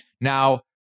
Now